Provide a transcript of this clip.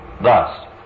Thus